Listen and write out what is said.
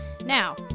Now